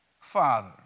Father